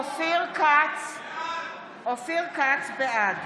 אופיר כץ, בעד